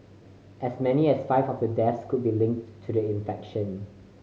as many as five of the deaths could be linked to the infection